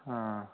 ہاں